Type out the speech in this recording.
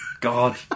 God